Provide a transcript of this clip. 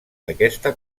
aquesta